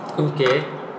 okay